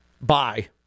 Bye